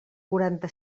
quaranta